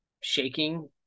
shaking